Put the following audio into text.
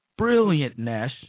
brilliantness